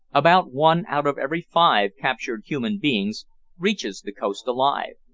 about one out of every five captured human beings reaches the coast alive.